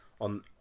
on